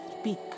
speak